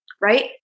right